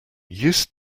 used